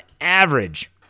average